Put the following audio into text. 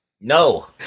No